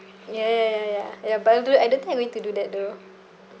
ya ya ya ya ya but I do w~ I don't think I going to do that though